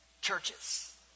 churches